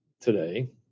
today